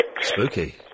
Spooky